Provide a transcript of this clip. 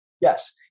Yes